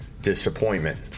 disappointment